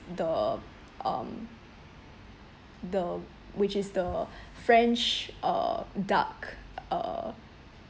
the um the which is the french uh duck uh